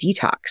detox